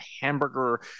hamburger